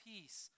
peace